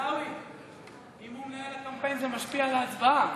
אינו נוכח זה משפיע על ההצבעה,